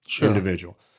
individual